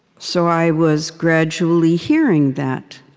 so i was gradually hearing that.